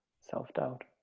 self-doubt